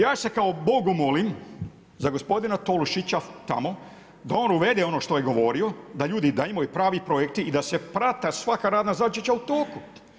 Ja se kao Bogu molim za gospodinu Tolušića tamo da on uvede ono što je govorio da ljudi imaju prave projekti i da se prati svaka radna zadaća u toku.